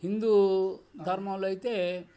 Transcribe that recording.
హిందూ ధర్మంలో అయితే